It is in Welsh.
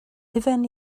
hufen